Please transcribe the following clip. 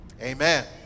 Amen